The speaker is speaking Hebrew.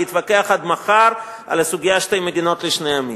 נתווכח עד מחר על הסוגיה של שתי מדינות לשני עמים,